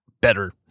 better